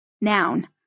Noun